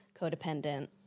codependent